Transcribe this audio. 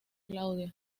claudia